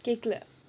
கேட்கல:ketkala